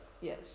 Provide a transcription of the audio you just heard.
Yes